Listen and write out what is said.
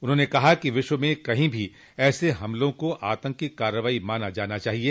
उन्होंने कहा कि विश्व में कहीं भी ऐसे हमलों को आतंकी कार्रवाई माना जाना चाहिए